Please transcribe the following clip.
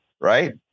right